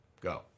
Go